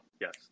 yes